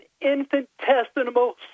infinitesimal